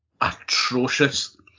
atrocious